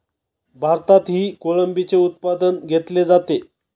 भारतातही कोळंबीचे उत्पादन घेतले जाते